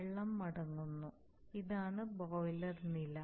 വെള്ളം മടങ്ങുന്നു ഇതാണ് ബോയിലർ ഡ്രം നില